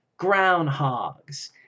groundhogs